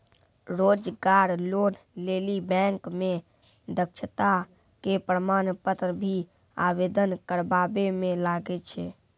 रोजगार लोन लेली बैंक मे दक्षता के प्रमाण पत्र भी आवेदन करबाबै मे लागै छै?